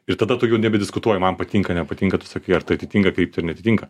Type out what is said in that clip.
ir tada tu jau nebediskutuoji man patinka nepatinka tu sakai ar tai atitinka kryptį ar neatitinka